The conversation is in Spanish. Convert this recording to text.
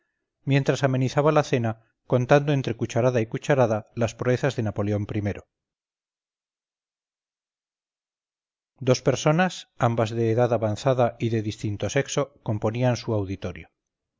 mientras amenizaba la cena contando entre cucharada y cucharada las proezas de napoleón i dos personas ambas de edad avanzada y de distinto sexo componían su auditorio